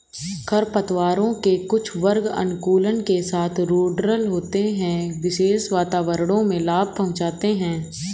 खरपतवारों के कुछ वर्ग अनुकूलन के साथ रूडरल होते है, विशेष वातावरणों में लाभ पहुंचाते हैं